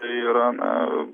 tai yra na